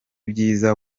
byiza